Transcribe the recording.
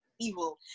evil